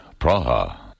Praha